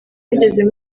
nigeze